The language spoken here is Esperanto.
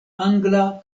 angla